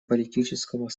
политического